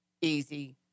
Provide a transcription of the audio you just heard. easy